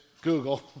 Google